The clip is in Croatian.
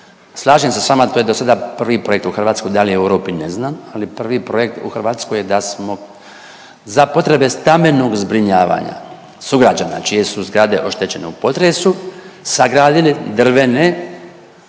Slažem se s vama, to je dosada prvi projekt u Hrvatskoj, da li je u Europi ne znam, ali prvi projekt u Hrvatskoj da smo za potrebe stambenog zbrinjavanja sugrađana čije su zgrade oštećene u potresu sagradili drvene